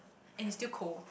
and it's still cold